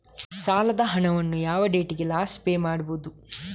ಸಾಲದ ಹಣವನ್ನು ಯಾವ ಡೇಟಿಗೆ ಲಾಸ್ಟ್ ಪೇ ಮಾಡುವುದು?